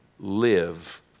live